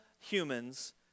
humans